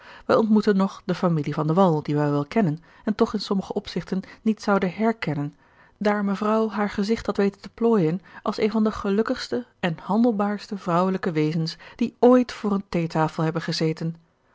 wij ontmoetten nog de familie van de wall die wij wel kennen en toch in sommige opzigten niet zouden herkennen daar mevrouw haar gezigt had weten te plooijen als een van de gelukkigste en handelbaarste vrouwelijke wezens die ooit voor eene theetafel hebben gezeten